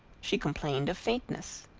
she complained of faintness.